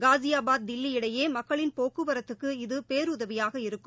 காஸியாபாத் தில்வி இடையே மக்களின் போக்குவரத்துக்கு இது பேருதவியாக இருக்கும்